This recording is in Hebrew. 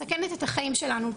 מסכנת את החיים שלנו,